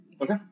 Okay